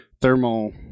thermal